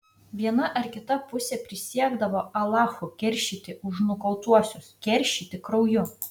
viena ar kita pusė prisiekdavo alachu keršyti už nukautuosius keršyti krauju